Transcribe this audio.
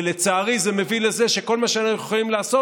ולצערי זה מביא לזה שכל מה שאנחנו יכולים לעשות